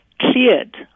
cleared